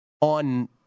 On